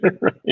Right